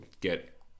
get